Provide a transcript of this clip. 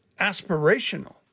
aspirational